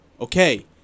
okay